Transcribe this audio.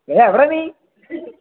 എടാ എവിടെ നീ